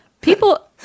People